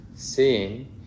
seeing